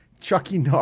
Chucky